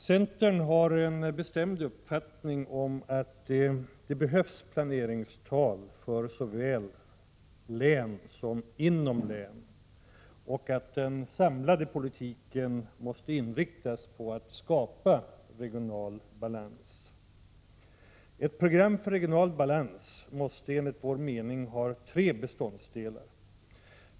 Centern har en bestämd uppfattning om att det behövs planeringstal såväl för länen som inom länen och att den samlade politiken måste inriktas på att skapa regional balans. Ett program för regional balans måste enligt vår mening ha tre beståndsdelar.